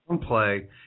play